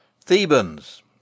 Thebans